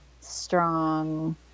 strong